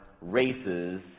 races